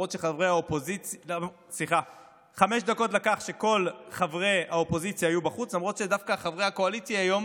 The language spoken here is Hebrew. למרות שדווקא חברי הקואליציה היום